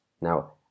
now